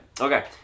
okay